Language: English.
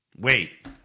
Wait